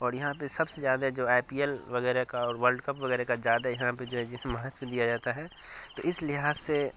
اور یہاں پہ سب سے زیادہ جو آئی پی ایل وغیرہ کا اور ورلڈ کپ وغیرہ کا زیادہ یہاں پہ جو ہے مہتو دیا جاتا ہے تو اس لحاظ سے